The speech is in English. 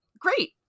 great